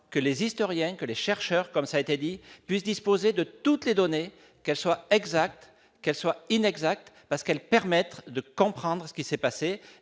que les historiens que les chercheurs comme ça a été dit, puisse disposer de toutes les données qu'elles soient exactes, qu'elle soit inexacte parce qu'elles permettent de comprendre ce qui s'est passé